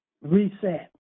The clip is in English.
Reset